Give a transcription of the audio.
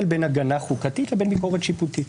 בין הגנה חוקתית לבין ביקורת שיפוטית.